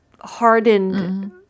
hardened